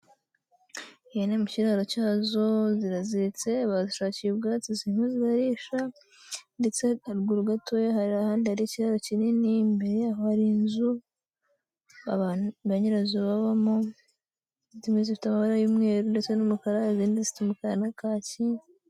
Ihene mu kiraro cyazo ziraziritse, bazishakiye ubwatsi zirimo zirarisha, ndetse haruguru gatoya hari ahandi hari ikiraro kinini. Imbere yaho hari inzu ba nyirazo babamo, zimwe zifite amabara y'umweru ndetse n'umukara, izindi zifite umukara na kaki.